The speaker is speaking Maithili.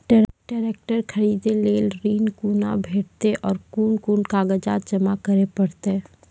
ट्रैक्टर खरीदै लेल ऋण कुना भेंटते और कुन कुन कागजात जमा करै परतै?